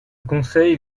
conseil